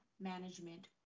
management